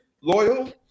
loyal